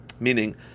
Meaning